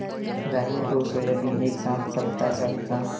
राहेर अउ सोयाबीन एक साथ सप्ता चाही का?